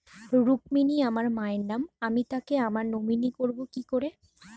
রুক্মিনী আমার মায়ের নাম আমি তাকে আমার নমিনি করবো কি করে?